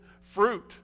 fruit